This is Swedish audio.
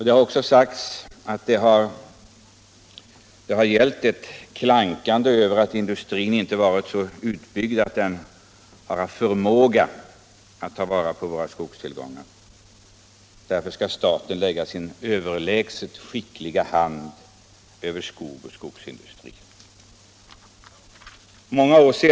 Det har klankats på att skogsindustrin inte varit så utbyggd att den haft förmåga att ta vara på våra skogstillgångar. Därför skulle staten lägga sin överlägset skickliga hand över skogen och skogsindustrin.